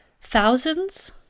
thousands